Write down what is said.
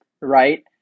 right